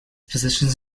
positions